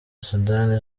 sudani